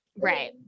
Right